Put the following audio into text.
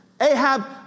Ahab